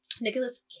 Nicholas